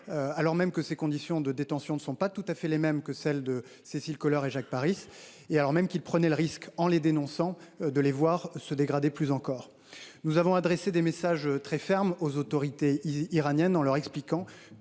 alors même que ses conditions de détention ne sont pas tout à fait les mêmes que celles de Cécile Kohler et Jacques Paris, et alors même qu’il prenait le risque, en dénonçant ces conditions, de les voir se dégrader plus encore. Nous avons adressé des messages très fermes aux autorités iraniennes, leur expliquant